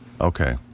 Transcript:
Okay